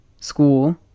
school